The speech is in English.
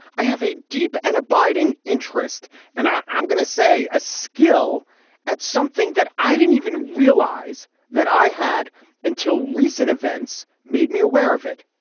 i have a deep and abiding interest and i'm gonna say a skill at something that i didn't even realize that i had until recent events made me aware of it.